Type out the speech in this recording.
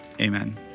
Amen